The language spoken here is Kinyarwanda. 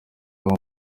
haba